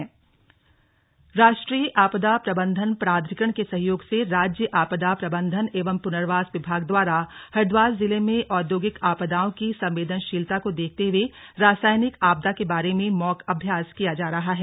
रासायनिक आपदा mock drill राष्ट्रीय आपदा प्रबन्धन प्राधिकरण के सहयोग से राज्य आपदा प्रबन्धन एवं पुनर्वास विभाग द्वारा हरिद्वार जिले में औद्योगिक आपदाओं की संवेदनशीलता को देखते हुए रासायनिक आपदा के बारे में मॉक अभ्यास किया जा रहा है